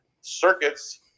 circuits